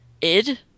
id